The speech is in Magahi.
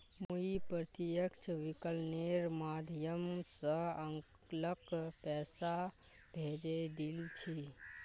मुई प्रत्यक्ष विकलनेर माध्यम स अंकलक पैसा भेजे दिल छि